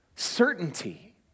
certainty